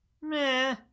Meh